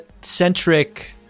centric